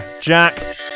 Jack